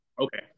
Okay